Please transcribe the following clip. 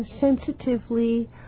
sensitively